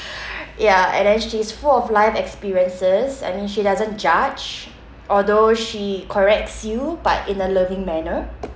ya and then she is full of life experiences I mean she doesn't judge although she corrects you but in a loving manner